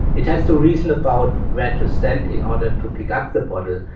it has to reason about where to stand in order to pick up the bottle,